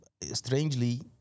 strangely